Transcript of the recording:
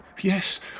Yes